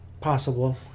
Possible